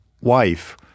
wife